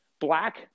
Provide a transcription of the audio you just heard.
black